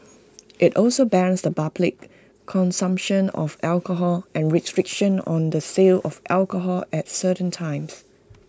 IT also bans the public consumption of alcohol and restrictions on the sale of alcohol at certain times